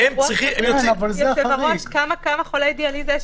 זה אירוע חריג, אין הרבה חולים כאלה.